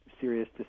serious